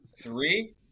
Three